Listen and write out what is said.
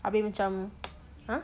abeh macam